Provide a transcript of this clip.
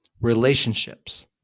relationships